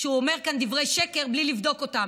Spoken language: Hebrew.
שהוא אומר כאן דברי שקר בלי לבדוק אותם.